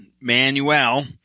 Manuel